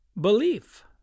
belief